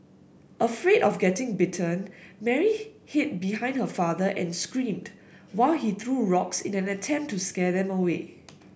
afraid of getting bitten Mary hid behind her father and screamed while he threw rocks in an attempt to scare them away